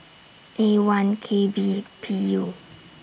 A one K B P U